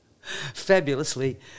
fabulously